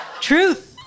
Truth